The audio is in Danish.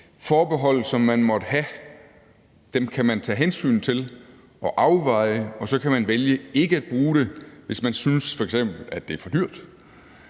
forbehold, man måtte have, og afveje dem, og så kan man vælge ikke at bruge det, hvis man f.eks. synes, at det er for dyrt.